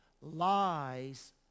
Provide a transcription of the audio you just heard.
Lies